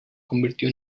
convirtió